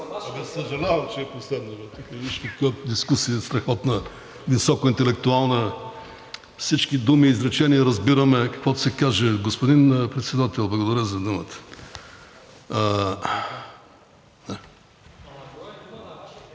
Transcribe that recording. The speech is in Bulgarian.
Съжалявам, че е последно. Тука виж каква дискусия – страхотна, високоинтелектуална, всички думи и изречения – разбираме каквото се каже. Господин Председател, благодаря за думата.